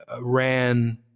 ran